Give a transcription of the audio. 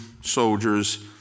soldiers